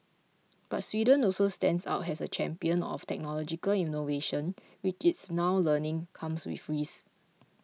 but Sweden also stands out as a champion of technological innovation which it's now learning comes with risks